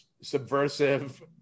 Subversive